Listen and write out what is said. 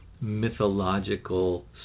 mythological